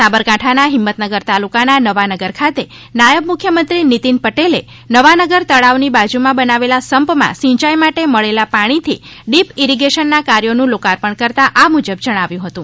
સાબરકાંઠાના હિંમતનગર તાલુકાના નવાનગર ખાતે નાયબ મુખ્યમંત્રી નીતીન પટેલે નવાનગર તળાવની બાજુમાં બનાવેલા સંપમાં સિંચાઈ માટે મળેલા પાણીથી ડીપ ઈરીગેશનના કાર્યોનું લોકાર્પણ કરતા આ મુજબ જણાવ્યું હતું